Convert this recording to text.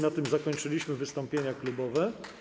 Na tym zakończyliśmy wystąpienia klubowe.